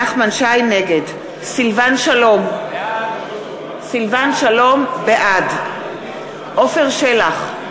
נגד סילבן שלום, בעד עפר שלח,